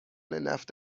نفت